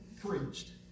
Preached